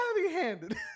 heavy-handed